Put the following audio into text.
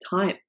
time